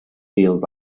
feels